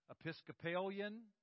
Episcopalian